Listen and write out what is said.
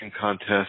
Contest